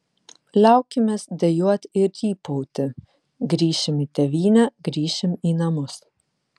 liaukimės dejuot ir rypauti grįšim į tėvynę grįšim į namus